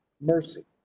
mercy